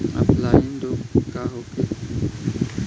Offline रोग का होखे?